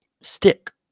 stick